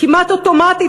כמעט אוטומטית,